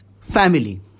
family